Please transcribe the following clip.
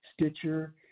Stitcher